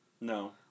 No